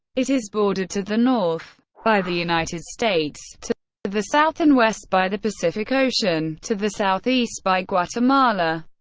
it is bordered to the north by the united states to the south and west by the pacific ocean to the southeast by guatemala,